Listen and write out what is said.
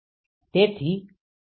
તેથી આ અંદર માટે છે